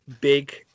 big